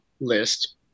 list